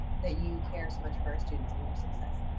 that you care so much for our students and their success.